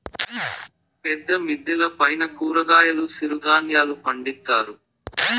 పెద్ద మిద్దెల పైన కూరగాయలు సిరుధాన్యాలు పండిత్తారు